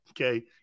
Okay